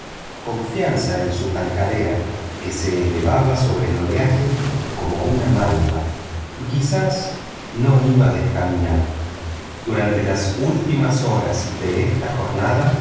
confianza en su tankadera que se elevaba sobre el oleaje como una malva y quizá no iba descaminado durante las últimas horas de esta jornada